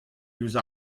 diouzh